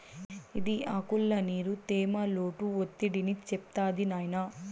ఇది ఆకుల్ల నీరు, తేమ, లోటు ఒత్తిడిని చెప్తాది నాయినా